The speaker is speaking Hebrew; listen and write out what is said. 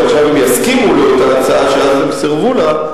שעכשיו הם יסכימו לאותה הצעה שאז הם סירבו לה,